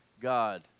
God